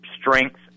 strength